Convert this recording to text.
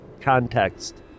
context